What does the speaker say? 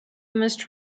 must